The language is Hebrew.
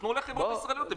תנו לחברות ישראליות.